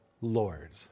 Lords